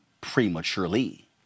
prematurely